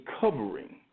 covering